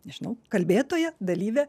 nežinau kalbėtoja dalyvė